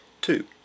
Two